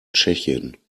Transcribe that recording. tschechien